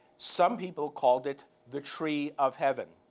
some people called it the tree of heaven.